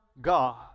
God